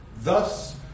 Thus